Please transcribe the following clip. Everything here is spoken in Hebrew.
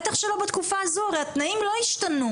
בטח שלא בתקופה הזו התנאים לא השתנו,